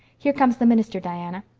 here comes the minister, diana.